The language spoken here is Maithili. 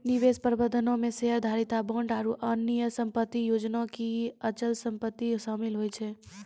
निवेश प्रबंधनो मे शेयरधारिता, बांड आरु अन्य सम्पति जेना कि अचल सम्पति शामिल होय छै